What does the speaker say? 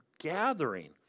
gathering